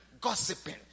gossiping